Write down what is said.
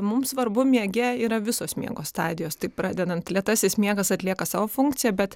mums svarbu miege yra visos miego stadijos tik pradedant lėtasis miegas atlieka savo funkciją bet